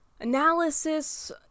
analysis